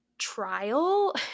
trial